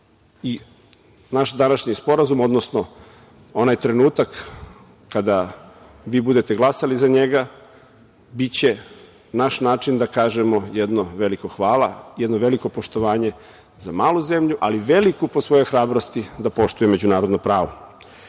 današnji sporazum, odnosno onaj trenutak kada vi budete glasali za njega biće naš način da kažemo jedno veliko hvala, jedno veliko poštovanje za malu zemlju, ali veliku po svojoj hrabrosti da poštuje međunarodno pravo. Kada